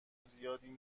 زیادی